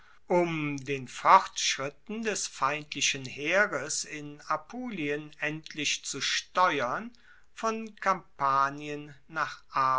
um den fortschritten des feindlichen heeres in apulien endlich zu steuern von kampanien nach